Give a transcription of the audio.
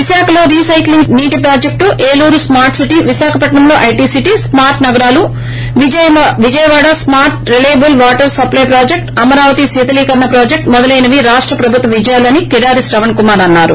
విశాఖలో రీ సైక్లింగ్ నీటి project Eluru smart city Visakhapatnam IT city smart నగరాలు Vijayawada smart reliable water supply project Amaravati శీతలీకరణ ప్రాజెక్టు మొదలైనవి రాష్ట ప్రభుత్వ విజయాలని అని కేడారి శ్రవణ్కుమార్ అన్నారు